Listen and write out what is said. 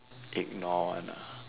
ignore one ah